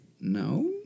No